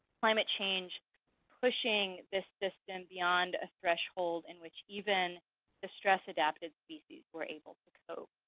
climate change pushing this system beyond a threshold in which even the stress adapted species were able to cope.